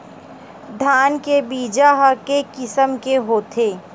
धान के बीजा ह के किसम के होथे?